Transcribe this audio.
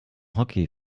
hockey